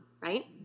right